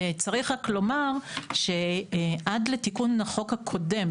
צריך רק לומר שעד לתיקון החוק הקודם,